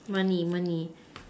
money money